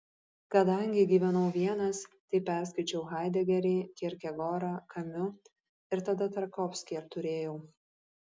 kadangi gyvenau vienas tai perskaičiau haidegerį kierkegorą kamiu ir tada tarkovskį apturėjau